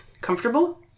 comfortable